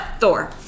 Thor